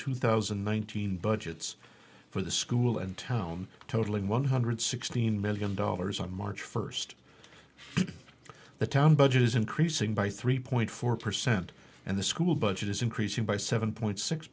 two thousand and nineteen budgets for the school in town totaling one hundred sixteen million dollars on march first the town budget is increasing by three point four percent and the school budget is increasing by seven point six